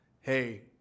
hey